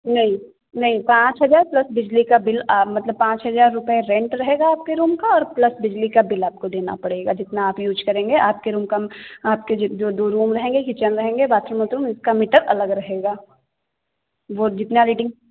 नहीं नहीं पाँच हजार प्लस बिजली का बिल मतलब पाँच हजार रुपये रेंट रहेगा आपके रूम का और प्लस बिजली का बिल आपके देना पड़ेगा जितना आप यूज करेंगे आपके रूम का आपके जो दो रूम रहेंगे किचन रहेंगे और बाथरूम वाथरूम इसका मीटर अलग रहेगा वो जितना रीडिंग